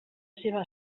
seva